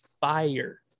fire